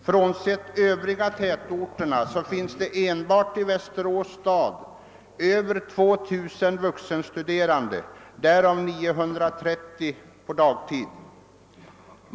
Enbart i Västerås stad, alltså frånräknat övriga tätorter, finns det över 2000 vuxenstuderande, därav 930 på dagtid.